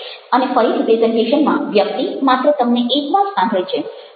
અને ફરીથી પ્રેઝન્ટેશનમાં વ્યક્તિ માત્ર તમને એક વાર સાંભળે છે